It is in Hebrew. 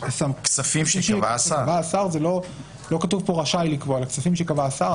"כספים שקבע השר" לא כתוב פה רשאי לקבוע אלא "כספים שקבע השר".